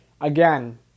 again